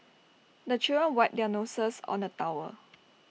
the children wipe their noses on the towel